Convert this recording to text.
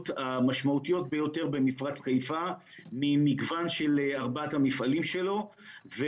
המשמעותיות ביותר במפרץ חיפה ממגוון של ארבעת המפעלים שלו.